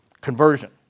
conversion